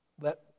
Let